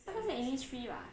那个是 Innisfree [what]